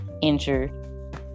injured